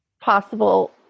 possible